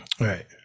right